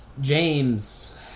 James